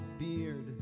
beard